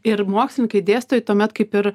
ir mokslininkai dėsto tuomet kaip ir